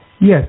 Yes